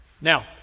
Now